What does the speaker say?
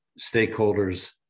stakeholders